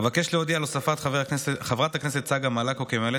אבקש להודיע על הוספת חברת הכנסת צגה מלקו כממלאת